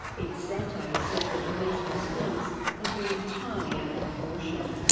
ed santow says the police response has been entirely out of proportion.